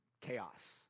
chaos